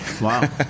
Wow